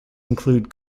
include